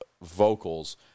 vocals